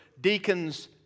deacons